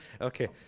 Okay